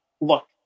look